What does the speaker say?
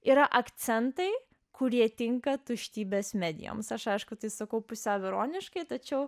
yra akcentai kurie tinka tuštybės medijoms aš aišku tai sakau pusiau ironiškai tačiau